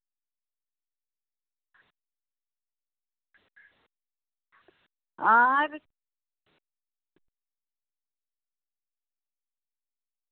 आं